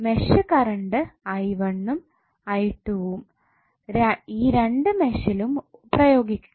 mesh current ഉം ഉം ഈ രണ്ട് മെഷിലും പ്രയോഗിക്കുക